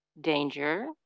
danger